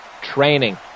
training